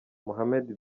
mohammed